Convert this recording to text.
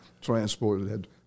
transported